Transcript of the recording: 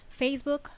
Facebook